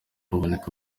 aboneka